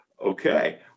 Okay